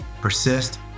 persist